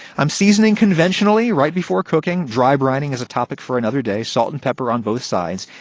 i'm seasoning conventionally right before cooking. dry-brining is a topic for another day. salt and pepper on both sides.